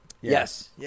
Yes